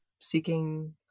seeking